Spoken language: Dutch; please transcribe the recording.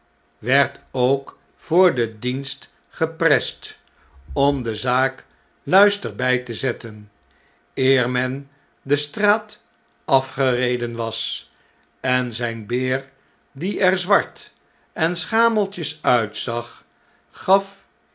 werd ook voor den dienst geprest om de zaak luister bij te zetten eer men de straat afgereden was en z jn beer die er zwart en schameltjes uitzag gaf